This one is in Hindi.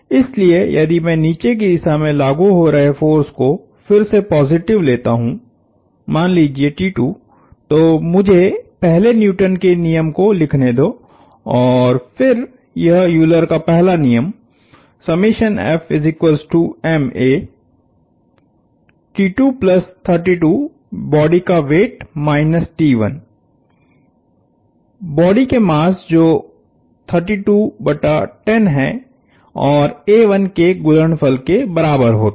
इसलिए यदि मैं नीचे की दिशा में लागु हो रहे फोर्स को फिर से पॉजिटिव लेता हूं मान लीजिये तो मुझे पहले न्यूटन के नियम को लिखने दो और फिर यह यूलर का पहला नियम बॉडी का वेट माइनसबॉडी के मास जो 32 बटा 10 है औरके गुणनफल के बराबर होता है